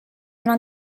una